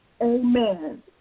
amen